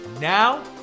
Now